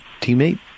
teammate